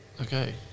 Okay